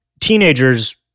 teenagers